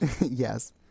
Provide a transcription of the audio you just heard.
Yes